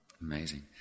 amazing